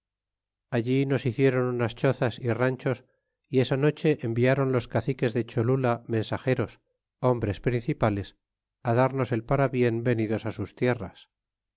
allí nos hicieron unas chozas é ranchos y esa noche enviaron los caciques de cholula mensageros hombres principales darnos el parabien venidos a sus tierras